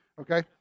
okay